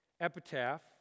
Epitaph